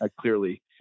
clearly